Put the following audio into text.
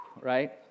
Right